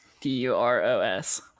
D-U-R-O-S